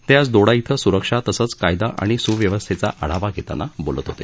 ते आज दोडा इथं सुरक्षा तसंच कायदा आणि सुव्यवस्थेचा आढावा घेताना बोलत होते